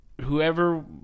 whoever